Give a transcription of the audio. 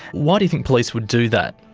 why do you think police would do that?